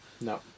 no